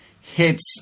hits